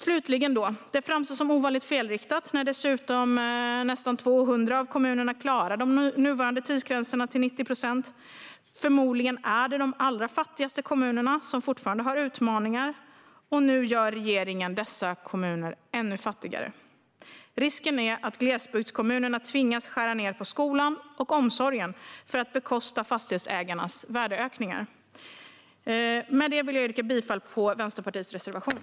Det framstår dessutom som ovanligt felriktat när nästan 200 av kommunerna klarar de nuvarande tidsgränserna till 90 procent. Förmodligen är det de allra fattigaste kommunerna som fortfarande har utmaningar, och nu gör regeringen dessa kommuner ännu fattigare. Risken är att glesbygdskommunerna tvingas skära ned på skola och omsorg för att bekosta fastighetsägarnas värdeökningar. Jag yrkar bifall till Vänsterpartiets reservation.